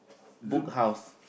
Book House